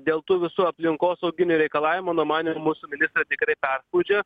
dėl tų visų aplinkosauginių reikalavimų nu mane ir mūsų ministras tikrai perspaudžia